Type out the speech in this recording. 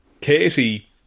Katie